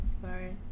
sorry